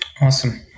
Awesome